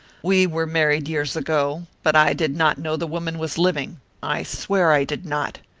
we were married years ago, but i did not know the woman was living i swear i did not.